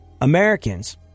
Americans